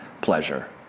pleasure